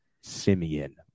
Simeon